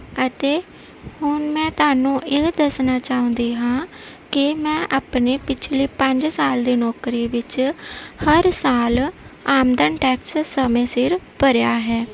ਅਤੇ ਹੁਣ ਮੈਂ ਤੁਹਾਨੂੰ ਇਹ ਦੱਸਣਾ ਚਾਹੁੰਦੀ ਹਾਂ ਕਿ ਮੈਂ ਆਪਣੇ ਪਿਛਲੇ ਪੰਜ ਸਾਲ ਦੀ ਨੌਕਰੀ ਵਿੱਚ ਹਰ ਸਾਲ ਆਮਦਨ ਟੈਕਸ ਸਮੇਂ ਸਿਰ ਭਰਿਆ ਹੈ